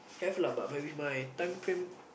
have lah but but with my time frame